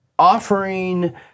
offering